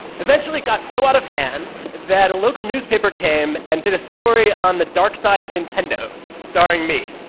eventually it got so out of hand that a local newspaper came and did a story on the dark side of nintendo, starring me.